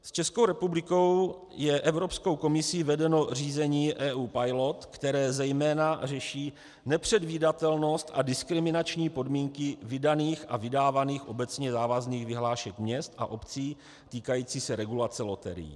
S Českou republikou je Evropskou komisí vedeno řízení EU Pilot, které zejména řeší nepředvídatelnost a diskriminační podmínky vydaných a vydávaných obecně závazných vyhlášek měst a obcí týkající se regulace loterií.